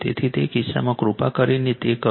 તેથી તે કિસ્સામાં કૃપા કરીને તે કરો